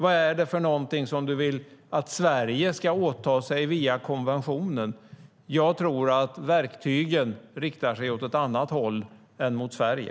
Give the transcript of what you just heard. Vad är det Hans Linde vill att Sverige ska åta sig via konventionen? Jag tror att verktygen riktar sig åt ett annat håll än mot Sverige.